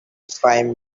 five